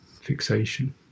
fixation